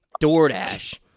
DoorDash